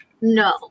no